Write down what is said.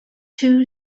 two